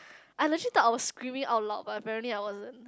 I legit thought I was screaming out loud but apparently I wasn't